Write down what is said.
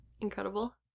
Incredible